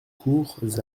courts